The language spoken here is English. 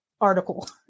article